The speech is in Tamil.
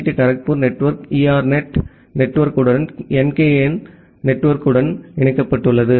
டி கரக்பூர் நெட்வொர்க் ERNET நெட்வொர்க்குடனும் NKN நெட்வொர்க்குடனும் இணைக்கப்பட்டுள்ளது